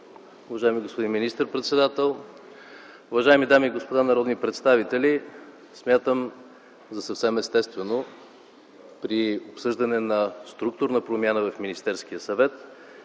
уважаеми господин министър-председател, уважаеми дами и господа народни представители! Смятам за съвсем естествено при обсъждане на структурна промяна в Министерския съвет,